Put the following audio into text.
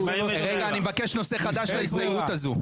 --- אני מבקש נושא חדש להסתייגות הזו.